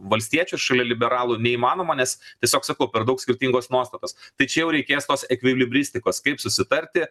valstiečius šalia liberalų neįmanoma nes tiesiog sakau per daug skirtingos nuostatos tai čia jau reikės tos ekvilibristikos kaip susitarti